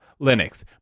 Linux